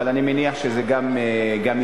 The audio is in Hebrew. אבל אני מניח שזה גם יתקדם.